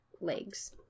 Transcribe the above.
legs